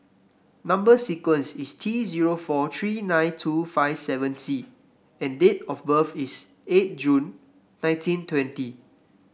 number sequence is T zero four three nine two five seven C and date of birth is eight June nineteen twenty